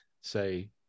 say